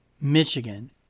Michigan